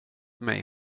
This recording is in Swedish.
mig